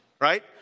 right